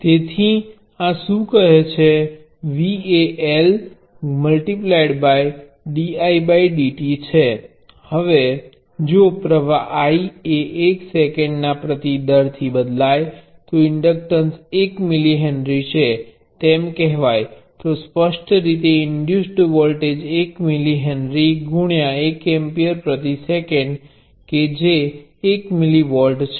તેથી આ શું કહે છે V એ LdIdt છે અને જો પ્ર્વાહ I એ 1 સેકન્ડ ના પ્રતિ દર થી બદલાય તો ઇન્ડક્ટન્સ 1 મિલી હેનરી છે તેમ કહેવાય તો સ્પષ્ટ રીતે ઇંડ્યુસ્ડ વોલ્ટેજ 1 મિલી હેનરી ગુણ્યા 1 એમ્પીયર પ્રતિ સેકંડ કે જે 1 મિલી વોલ્ટ છે